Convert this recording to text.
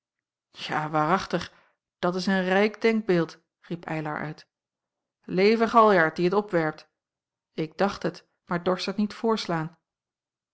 waarachtig dat is een rijk denkbeeld riep eylar uit leve galjart die het opwerpt ik dacht het maar dorst het niet voorslaan